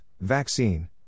vaccine